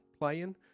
playing